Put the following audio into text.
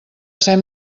ser